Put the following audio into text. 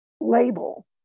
label